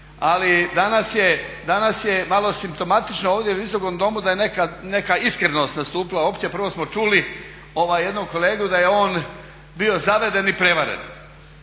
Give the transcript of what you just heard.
Ali danas je malo simptomatično ovdje u visokom domu da je neka iskrenost nastupila opće, prvo smo čuli jednog kolegu da je on bio zaveden i prevaren,